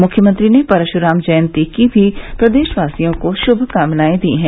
मुख्यमंत्री ने परशुराम जयन्ती की भी प्रदेशवासियों को शुभकामनाएं दी हैं